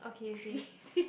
three